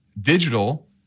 digital